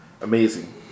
Amazing